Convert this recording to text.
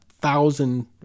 thousand